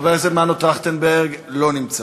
מנו טרכטנברג, לא נמצא.